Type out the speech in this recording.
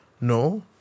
No